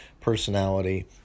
personality